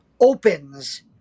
opens